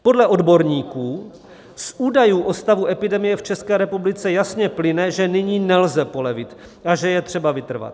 Podle odborníků z údajů o stavu epidemie v České republice jasně plyne, že nyní nelze polevit a že je třeba vytrvat.